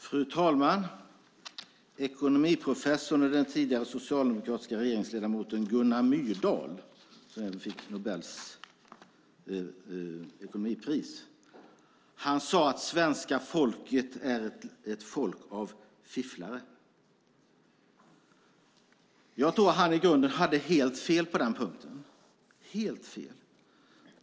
Fru talman! Ekonomiprofessorn och den tidigare socialdemokratiska regeringsledamoten Gunnar Myrdal, som också fick ekonomipriset till Nobels minne, sade att svenska folket är ett folk av fifflare. Jag tror att han i grunden hade helt fel på den punkten.